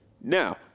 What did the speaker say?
Now –